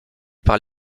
par